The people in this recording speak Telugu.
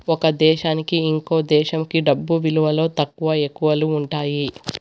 ఒక దేశానికి ఇంకో దేశంకి డబ్బు విలువలో తక్కువ, ఎక్కువలు ఉంటాయి